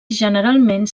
generalment